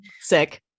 sick